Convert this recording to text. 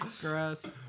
Gross